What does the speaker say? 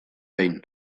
behin